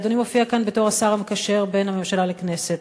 אדוני מופיע כאן בתור השר המקשר בין הממשלה לכנסת.